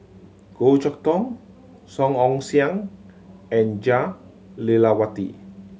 Goh Chok Tong Song Ong Siang and Jah Lelawati